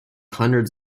hundreds